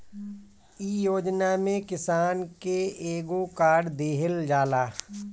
इ योजना में किसान के एगो कार्ड दिहल जाला